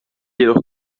jedoch